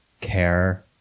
care